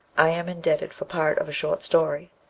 i am indebted for part of a short story.